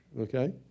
okay